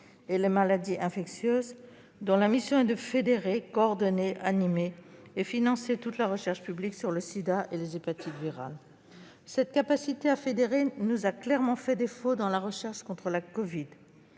et les maladies infectieuses, dont la mission est de fédérer, coordonner, animer et financer toute la recherche publique sur le sida et les hépatites virales. Cette capacité à fédérer a clairement fait défaut dans la recherche contre la covid.